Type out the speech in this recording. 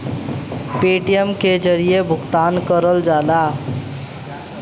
Paytm के जरिये भुगतान करल जाला